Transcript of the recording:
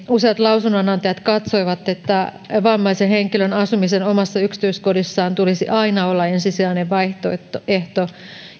useat lausunnonantajat katsoivat että vammaisen henkilön asumisen omassa yksityiskodissaan tulisi aina olla ensisijainen vaihtoehto